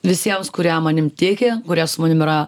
visiems kurie manim tiki kurie su manim yra